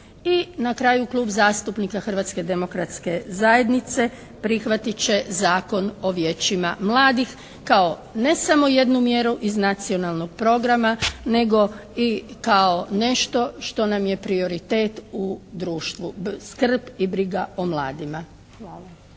i na kraju Klub zastupnika Hrvatske demokratske zajednice prihvatit će Zakon o Vijećima mladih kao ne samo jednu mjeru iz nacionalnog programa, nego i kao nešto što nam je prioritet u društvu, skrb i briga o mladima.